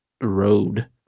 road